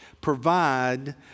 provide